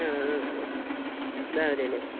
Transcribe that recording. ആ ആ ദാ